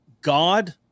God